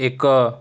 ଏକ